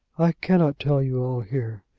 i cannot tell you all here.